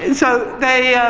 and so, they